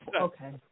Okay